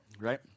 right